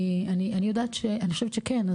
כי אני חושבת שכן,